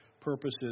purposes